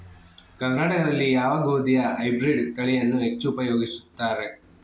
ಕರ್ನಾಟಕದಲ್ಲಿ ಯಾವ ಗೋಧಿಯ ಹೈಬ್ರಿಡ್ ತಳಿಯನ್ನು ಹೆಚ್ಚು ಉಪಯೋಗಿಸುತ್ತಾರೆ?